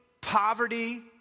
poverty